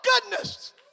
goodness